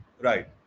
Right